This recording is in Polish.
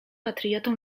patriotą